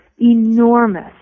Enormous